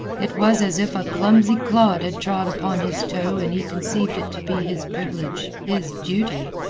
it was as if a clumsy clod had trod upon his toe and he conceived it to be his privilege, his duty,